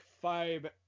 five